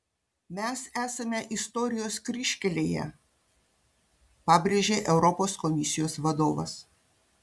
mes esame istorijos kryžkelėje pabrėžė europos komisijos vadovas